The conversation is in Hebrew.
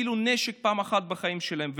אפילו לא פעם אחת בחיים שלהם,